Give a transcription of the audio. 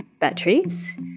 batteries